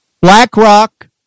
BlackRock